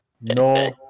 No